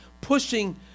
pushing